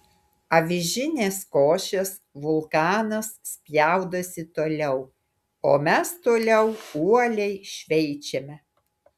avižinės košės vulkanas spjaudosi toliau o mes toliau uoliai šveičiame